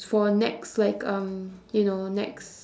for next like um you know next